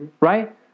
Right